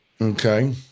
Okay